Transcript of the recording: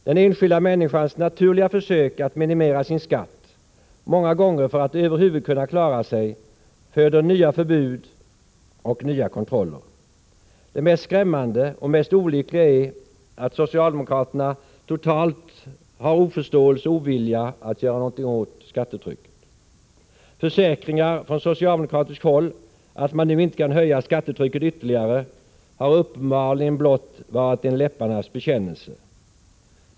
Den enskilda människans naturliga försök att minimera sin skatt, många gånger för att över huvud taget kunna klara sig, föder nya förbud och nya kontroller. Det mest skrämmande och mest olyckliga är socialdemokraternas totala oförståelse och ovilja när det gäller att göra något åt skattetrycket. Försäkringar från socialdemokratiskt håll att man nu inte kan höja skattetrycket ytterligare har uppenbarligen blott varit en läpparnas bekännelse.